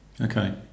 Okay